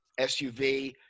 SUV